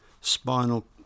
spinal